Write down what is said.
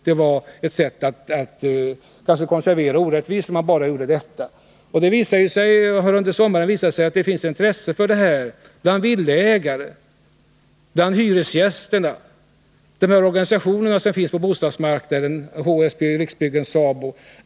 Det vore ett sätt att konservera orättvisan om man bara vidtog den här ändringen. Det har under sommaren visat sig att det finns intresse för detta, hos villaägare, hos hyresgästerna, hos organisationerna på bostadsmarknaden, HSB, Riksbyggen och SABO.